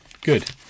Good